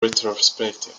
retrospective